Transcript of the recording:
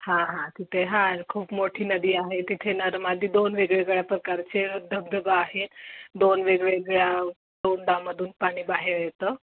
हां हां तिथे हां खूप मोठी नदी आहे तिथे नर मदी दोन वेगवेगळ्या प्रकारचे धबधबा आहेत दोन वेगवेगळ्या तोंडामधून पाणी बाहेर येतं